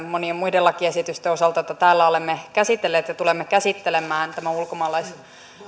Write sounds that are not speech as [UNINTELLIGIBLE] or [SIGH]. [UNINTELLIGIBLE] monien muiden lakiesitysten osalta joita täällä olemme käsitelleet ja tulemme käsittelemään tämän ulkomaalaislain